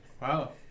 wow